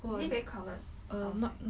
is it very crowded outside